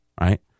Right